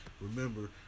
Remember